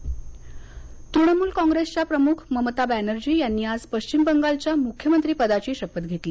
ममता बॅनर्जी तृणमूल काँग्रेसच्या प्रमुख ममता बॅनर्जी यांनी आज पश्चिम बंगालच्या मुख्यमंत्रीपदाची शपथ घेतली